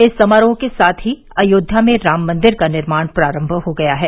इस समारोह के साथ ही अयोध्या में राम मंदिर का निर्माण प्रारंभ हो गया है